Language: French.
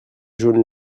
jaunes